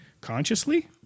consciously